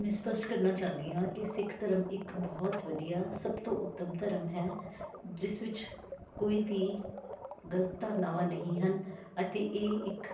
ਮੈਂ ਸਪੱਸ਼ਟ ਕਰਨਾ ਚਾਹੁੰਦੀ ਹਾਂ ਕਿ ਸਿੱਖ ਧਰਮ ਇੱਕ ਬਹੁਤ ਵਧੀਆ ਸਭ ਤੋਂ ਉੱਤਮ ਧਰਮ ਹੈ ਜਿਸ ਵਿੱਚ ਕੋਈ ਵੀ ਗ਼ਲਤ ਧਾਰਨਾਵਾਂ ਨਹੀਂ ਹਨ ਅਤੇ ਇਹ ਇੱਕ